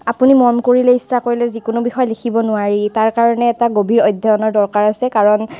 আপুনি মন কৰিলে ইচ্ছা কৰিলে যিকোনো বিষয় লিখিব নোৱাৰি তাৰ কাৰণে এটা গভীৰ অধ্যয়নৰ দৰকাৰ আছে কাৰণ